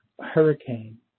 hurricane